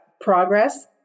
progress